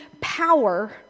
power